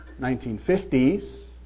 1950s